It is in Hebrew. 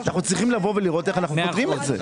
צריך לראות איך אנו פותרים את זה.